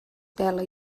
pela